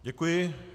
Děkuji.